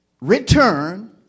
Return